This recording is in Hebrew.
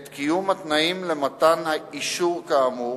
את קיום התנאים למתן האישור כאמור,